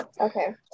Okay